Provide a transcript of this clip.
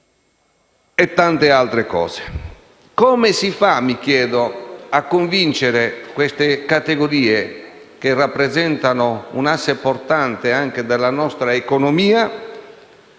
di tante altre cose. Mi chiedo come si faccia a convincere queste categorie, che rappresentano un asse portante anche della nostra economia,